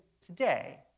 today